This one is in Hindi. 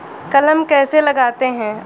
कलम कैसे लगाते हैं?